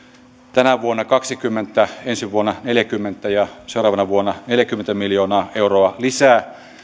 tänä vuonna kaksikymmentä ensi vuonna neljäkymmentä ja seuraavana vuonna neljäkymmentä miljoonaa euroa lisää